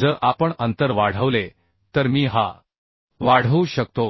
जर आपण अंतर वाढवले तर मी हा वाढवू शकतो